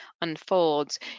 unfolds